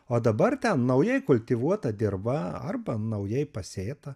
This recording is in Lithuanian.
o dabar ten naujai kultivuota dirva arba naujai pasėta